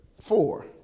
Four